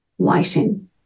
lighting